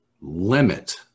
limit